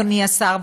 אדוני השר,